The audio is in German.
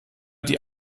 die